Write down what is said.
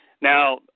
Now